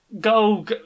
Go